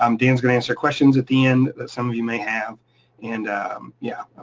um dan's gonna answer questions at the end that some of you may have and yeah,